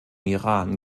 iran